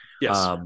Yes